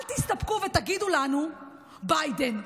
אל תסתפקו ותגידו לנו "ביידן".